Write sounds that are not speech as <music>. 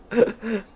<laughs>